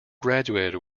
graduated